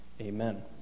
amen